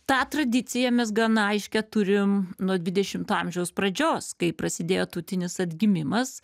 tą tradiciją mes gana aiškią turim nuo dvidešimto amžiaus pradžios kai prasidėjo tautinis atgimimas